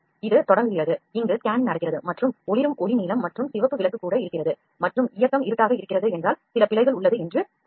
இது தொடங்குகிறது இங்கு ஸ்கேனிங் நடக்கிறது மற்றும் மற்றும் ஒளிரும் ஒளி நீலம் மற்றும் சிவப்பு விளக்கு கூட இருக்கிறது மற்றும் இயக்கம் இருட்டாக இருக்கிறது என்றல் சில பிழைகள் உள்ளது என்று பொருள்